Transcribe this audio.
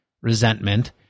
resentment